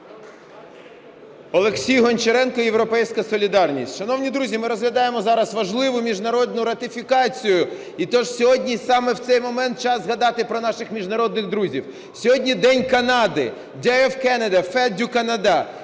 Олексій Гончаренко, "Європейська солідарність". Шановні друзі, ми розглядаємо зараз важливу міжнародну ратифікацію і тож сьогодні, саме в цей момент, час згадати про наших міжнародних друзів. Сьогодні День Канади. Day of Canada! Fete du Canada!